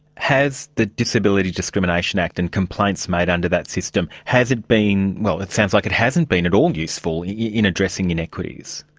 has the disability discrimination act and complaints made under that system, has it been, well, it sounds like it hasn't been at all useful in addressing inequities.